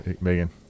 Megan